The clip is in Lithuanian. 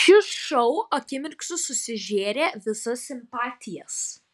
šis šou akimirksniu susižėrė visas simpatijas